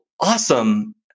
awesome